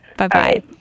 Bye-bye